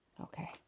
Okay